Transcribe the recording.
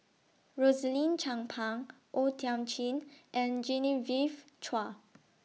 Rosaline Chan Pang O Thiam Chin and Genevieve Chua